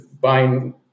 buying